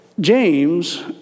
James